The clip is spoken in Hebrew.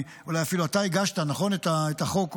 אולי אפילו אתה הגשת את החוק,